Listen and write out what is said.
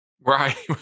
right